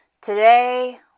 Today